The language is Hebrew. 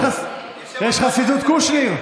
יש חסידות קושניר?